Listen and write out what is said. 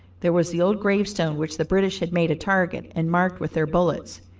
there was the old gravestone which the british had made a target, and marked with their bullets.